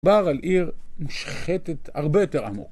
דבר על עיר נשחטת הרבה יותר עמוק